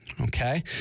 okay